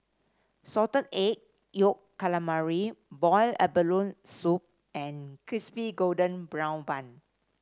Salted Egg Yolk Calamari Boiled Abalone Soup and Crispy Golden Brown Bun